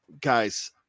Guys